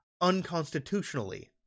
unconstitutionally